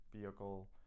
vehicle